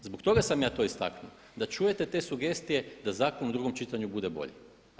Zbog toga sam ja to istaknuo, da čujete te sugestije, da zakon u drugom čitanju bude bolji.